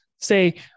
say